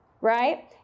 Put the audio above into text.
right